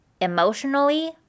emotionally